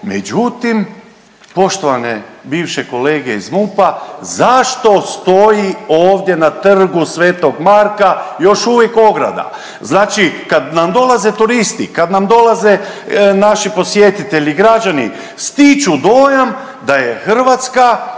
međutim poštovane bivše kolege iz MUP-a zašto stoji ovdje na Trgu sv. Marka još uvijek ograda? Znači kad nam dolaze turisti, kad nam dolaze naši posjetitelji, građani, stiču dojam da je Hrvatska